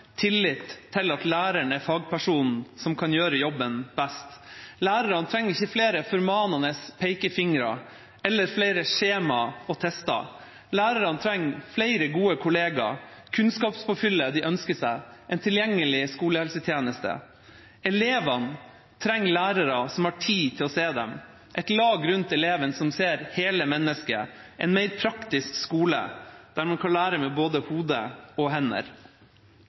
tillit til at læreren er fagpersonen som kan gjøre jobben best. Lærerne trenger ikke flere formanende pekefingre eller flere skjemaer og tester. Lærerne trenger flere gode kollegaer, kunnskapspåfyllet de ønsker seg, og en tilgjengelig skolehelsetjeneste. Elevene trenger lærere som har tid til å se dem, et lag rundt eleven som ser hele mennesket, og en mer praktisk skole der man kan lære med både hode og hender.